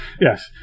yes